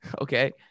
Okay